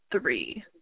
three